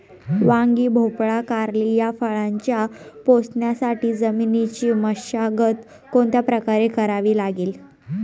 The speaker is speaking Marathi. वांगी, भोपळा, कारली या फळभाज्या पोसण्यासाठी जमिनीची मशागत कोणत्या प्रकारे करावी लागेल?